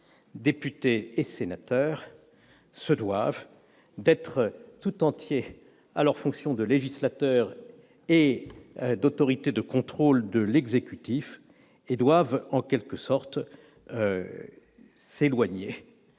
députés et sénateurs se doivent d'être tout entier à leurs fonctions de législateur et d'autorité de contrôle de l'exécutif, et doivent en quelque sorte s'éloigner